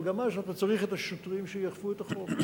אבל גם אז אתה צריך את השוטרים שיאכפו את החוק,